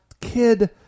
kid